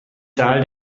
zahl